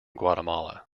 guatemala